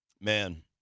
Man